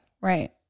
Right